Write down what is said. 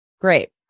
Great